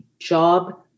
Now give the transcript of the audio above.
job